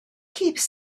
keeps